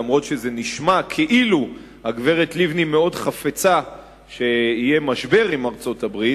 למרות שזה נשמע כאילו הגברת לבני מאוד חפצה שיהיה משבר עם ארצות-הברית,